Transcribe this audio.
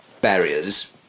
barriers